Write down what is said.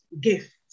gift